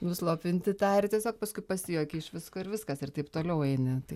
nuslopinti tą ir tiesiog paskui pasijuoki iš visko ir viskas ir taip toliau eini tai